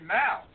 now